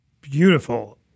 Beautiful